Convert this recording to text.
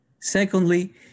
Secondly